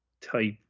type